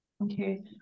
Okay